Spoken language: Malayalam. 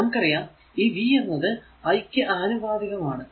നമുക്കറിയാം ഈ v എന്നത് i ക്കു ആനുപാതികം ആണ്